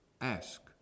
ask